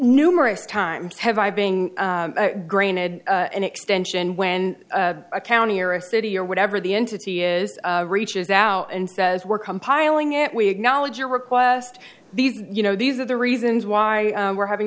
numerous times have i being granted an extension when a county or a city or whatever the entity is reaches out and says we're compiling it we acknowledge your request these you know these are the reasons why we're having